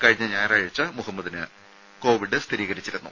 കഴിഞ്ഞ ഞായറാഴ്ച മുഹമ്മദിന് കോവിഡ് സ്ഥിരീകരിച്ചിരുന്നു